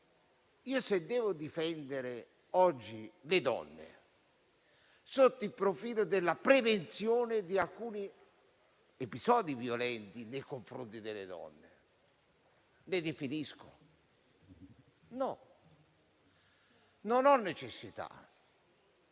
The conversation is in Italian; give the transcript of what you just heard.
Se devo difendere oggi le donne, sotto il profilo della prevenzione di alcuni episodi violenti nei loro confronti, le definisco? No, non ne ho la necessità.